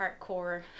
hardcore